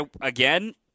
Again